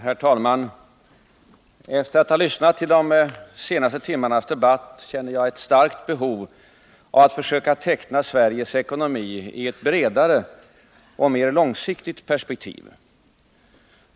Herr talman! Efter att ha lyssnat till de senaste timmarnas debatt känner jag ett starkt behov av att försöka teckna Sveriges ekonomi i ett bredare och mer långsiktigt perspektiv.